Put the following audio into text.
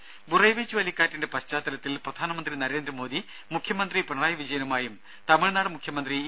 ദര ബുറെവി ചുഴലിക്കാറ്റിന്റെ പശ്ചാത്തലത്തിൽ പ്രധാനമന്ത്രി നരേന്ദ്രമോദി മുഖ്യമന്ത്രി പിണറായി വിജയനുമായും തമിഴ്നാട് മുഖ്യമന്ത്രി ഇ